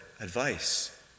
advice